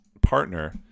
partner